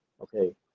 Okay